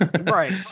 Right